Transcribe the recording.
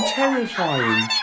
terrifying